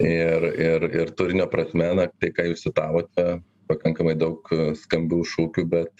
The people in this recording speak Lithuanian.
ir ir ir turinio prasme na tai ką jūs citavote pakankamai daug skambių šūkių bet